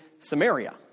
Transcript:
Samaria